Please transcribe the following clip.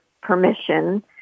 permission